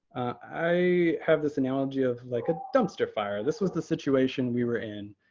i have this analogy of like a dumpster fire. this was the situation we were in.